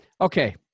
Okay